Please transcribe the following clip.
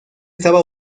estaba